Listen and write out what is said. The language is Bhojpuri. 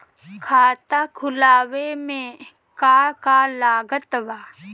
खाता खुलावे मे का का लागत बा?